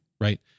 right